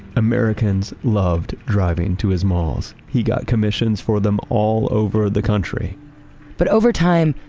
americans loved driving to his malls. he got commissions for them all over the country but over time,